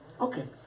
Okay